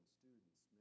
students